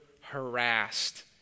harassed